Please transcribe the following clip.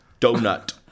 Donut